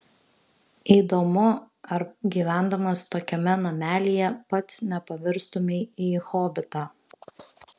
įdomu ar gyvendamas tokiame namelyje pats nepavirstumei į hobitą